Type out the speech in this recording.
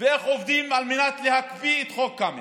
ואיך עובדים על מנת להקפיא את חוק קמיניץ,